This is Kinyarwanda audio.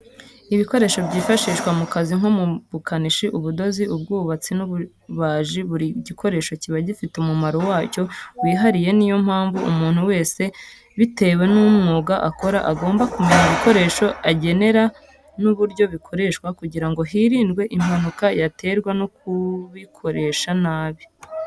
Ibikoresho byifashishwa mu kazi nko mu bukanishi ,ubudozi ,ubwubatsi n'ububajii, buri gikoresho kiba gifite umumaro wacyo wihariye niyo mpamvu umuntu wese bitewe n'umwuga akora agomba kumenya ibikoresho akenera n'uburyo bikoreshwa kugirango hirindwe impanuka yaterwa no kubikoresha nabi.